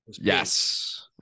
Yes